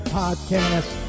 podcast